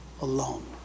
alone